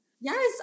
Yes